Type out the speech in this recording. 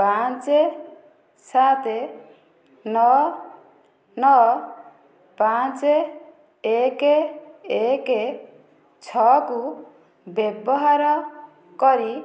ପାଞ୍ଚ ସାତ ନଅ ନଅ ପାଞ୍ଚ ଏକ ଏକ ଛଅକୁ ବ୍ୟବହାର କରି